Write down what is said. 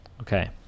Okay